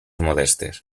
modestes